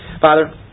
Father